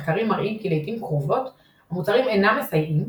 מחקרים מראים כי לעיתים קרובות המוצרים אינם מסייעים,